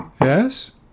Yes